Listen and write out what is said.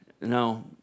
No